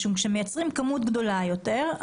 כאשר מייצרים כמות גדולה יותר,